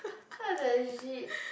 what the shit